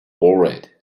bored